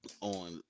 on